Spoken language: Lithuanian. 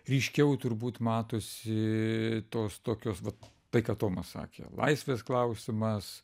ryškiau turbūt matosi tos tokios vat tai ką tomas sakė laisvės klausimas